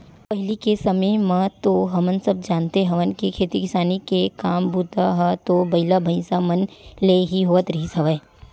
पहिली के समे म तो हमन सब जानते हवन के खेती किसानी के काम बूता ह तो बइला, भइसा मन ले ही होवत रिहिस हवय